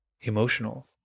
emotional